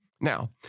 Now